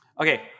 Okay